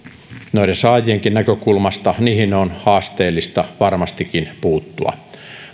noiden saajienkin näkökulmasta on haasteellista varmastikin puuttua